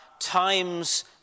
times